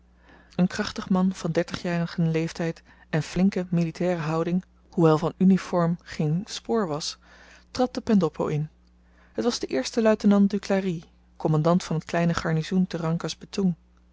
een krachtig man van dertigjarigen leeftyd en flinke militaire houding hoewel van uniform geen spoor was trad de pendoppo in het was de eerste luitenant duclari kommandant van t kleine garnizoen te